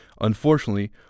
Unfortunately